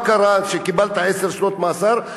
מה קרה שקיבלת עשר שנות מאסר?